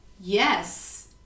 yes